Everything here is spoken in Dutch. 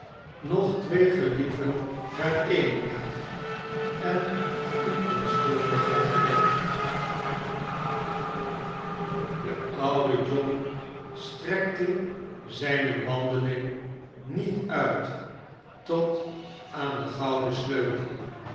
nog twee gelieven hereenigd en een onschuldige gered de oude john strekte zijne wandeling niet uit tot aan de goulen sleutel